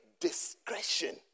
discretion